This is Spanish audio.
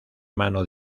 mano